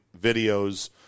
videos